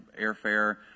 airfare